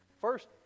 first